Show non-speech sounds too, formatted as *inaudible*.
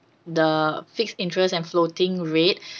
the fixed interests and floating rate *breath*